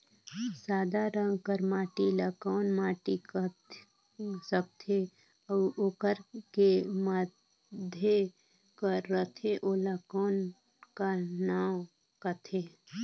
सादा रंग कर माटी ला कौन माटी सकथे अउ ओकर के माधे कर रथे ओला कौन का नाव काथे?